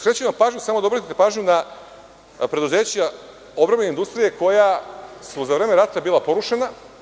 Skrećem vam pažnju da obratite pažnju na preduzeća odbrambene industrije koja su za vreme rata bila porušena.